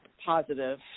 positive